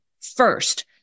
first